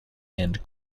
and